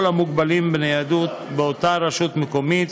המוגבלים בניידות באותה רשות מקומית,